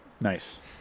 Nice